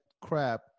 crap